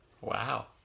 Wow